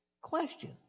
question